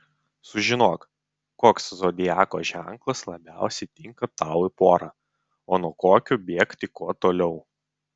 sužinok koks zodiako ženklas labiausiai tinka tau į porą o nuo kokio bėgti kuo toliau